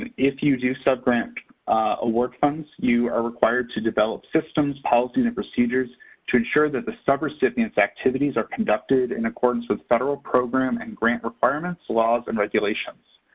and if you do subgrant award funds, you are required to develop systems, policies, and procedures to ensure that the subrecipients' activities are conducted in accordance with federal program and grant requirements, laws, and regulations.